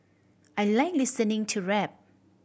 I like listening to rap